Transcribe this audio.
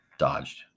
dodged